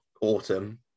autumn